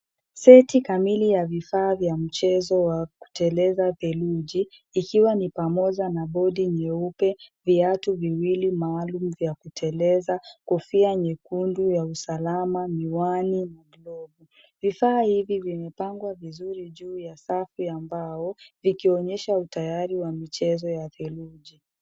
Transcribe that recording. Seti kamili ya vifaa vya mchezo wa kuteleza theluji ikiwa ni pamoja na bodi nyeupe, viatu viwili maalum vya kuteleza, kofia nyekundu ya usalama, miwani na glovu. Vifaa hivi vimepangwa vizuri juu ya safu ya mbao vikionyesha utayari ya michezo ya theluji.